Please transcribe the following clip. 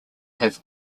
have